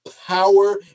power